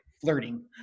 flirting